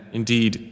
indeed